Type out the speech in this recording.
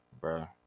bro